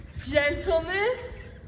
gentleness